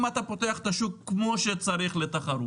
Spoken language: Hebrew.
הוא אומר: אם אתה פותח את השוק כמו שצריך לתחרות,